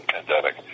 pandemic